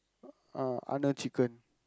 uh Arnold chicken